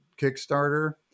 Kickstarter